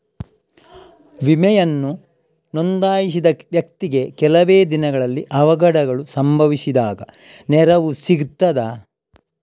ವಿಮೆಯನ್ನು ನೋಂದಾಯಿಸಿದ ವ್ಯಕ್ತಿಗೆ ಕೆಲವೆ ದಿನಗಳಲ್ಲಿ ಅವಘಡಗಳು ಸಂಭವಿಸಿದಾಗ ನೆರವು ಸಿಗ್ತದ?